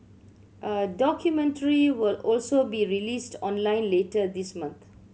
a documentary will also be released online later this month